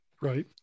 right